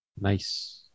Nice